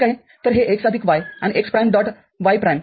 तर हे x आदिक y आणि x प्राइम डॉट y प्राइमआहे